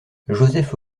joseph